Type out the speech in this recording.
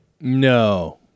No